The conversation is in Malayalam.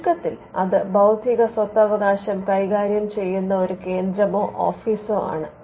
ചുരുക്കത്തിൽ അത് ബൌദ്ധിക സ്വത്തവകാശം കൈകാര്യം ചെയ്യുന്ന ഒരു കേന്ദ്രമോ ഓഫീസോ ആണ്